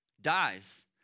dies